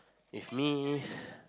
you have me